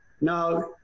Now